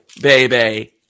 baby